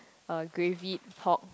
uh gravy pork